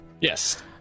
Yes